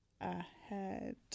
ahead